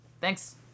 Thanks